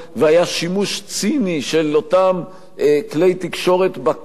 והיה שימוש ציני של אותם כלי תקשורת בכוח